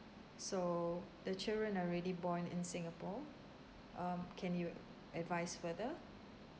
so the children already born in singapore um can you advise further